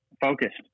focused